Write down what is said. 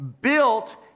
built